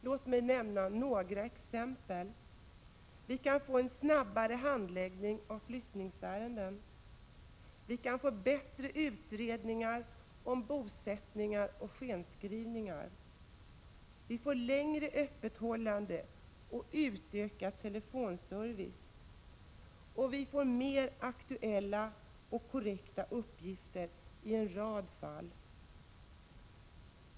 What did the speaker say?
Låt mig nämna några exempel: Vi kan få en snabbare handläggning av flyttningsärenden. Vi kan få bättre utredningar om bosättningar och skenskrivningar. Vi får längre öppethållande och utökad telefonservice. Vi får mer aktuella och korrekta uppgifter i en rad fall.